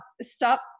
stop